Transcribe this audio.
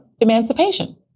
emancipation